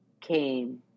came